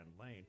lane